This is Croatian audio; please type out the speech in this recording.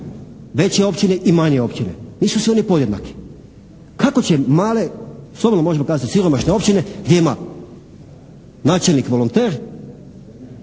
veće općine i manje općine. Nisu svi oni podjednaki. Kako će male, slobodno možemo kazati siromašne općine gdje ima načelnik volonter